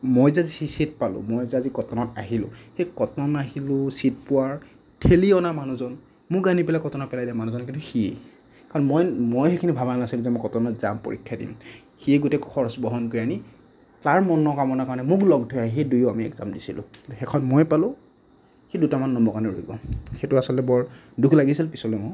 মই যে ছি ছিট পালোঁ মই যে আজি কটনত আহিলোঁ সেই কটন আহিলোঁ ছিট পোৱাৰ ঠেলি অনা মানুহজন মোক আনি পেলাই কটনত পেলাই দিয়া মানুহজন কিন্তু সিয়েই কাৰণ মই মই সেইখিনি ভবা নাছিলোঁ যে মই কটনত যাম পৰীক্ষা দিম সিয়েই গোটেই খৰচ বহন কৰি আনি তাৰ মনৰ কামনাৰ কাৰণে মোক লগ ধৰি আহি দুয়ো আমি এগজাম দিছিলোঁ শেষত মই পালোঁ সি দুটামান নম্বৰৰ কাৰণে ৰৈ গ'ল সেইটো আচলতে বৰ দুখ লাগিছিল পিছলৈ মোৰ